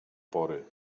pory